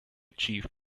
chief